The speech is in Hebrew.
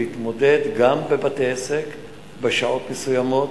להתמודד גם עם בתי-עסק בשעות מסוימות,